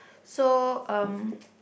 so um